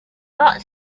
but